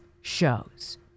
shows